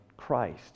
Christ